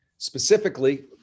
Specifically